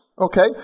Okay